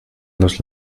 los